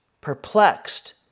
perplexed